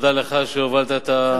תודה לך שהובלת את כל